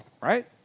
right